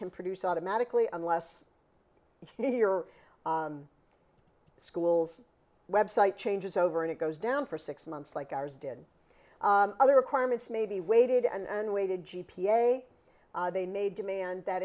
can produce automatically unless you're the school's website changes over and it goes down for six months like ours did other requirements maybe waited and waited g p a they may demand that